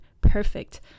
perfect